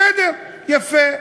בסדר, יפה.